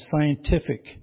scientific